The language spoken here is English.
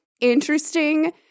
interesting